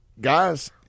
guys